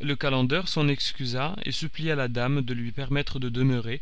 le calender s'en excusa et supplia la dame de lui permettre de demeurer